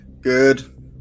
good